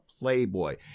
Playboy